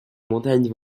montagnes